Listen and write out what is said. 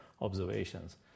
observations